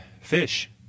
fish